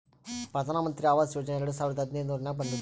ಪ್ರಧಾನ್ ಮಂತ್ರಿ ಆವಾಸ್ ಯೋಜನಾ ಎರಡು ಸಾವಿರದ ಹದಿನೈದುರ್ನಾಗ್ ಬಂದುದ್